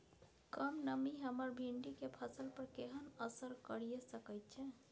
कम नमी हमर भिंडी के फसल पर केहन असर करिये सकेत छै?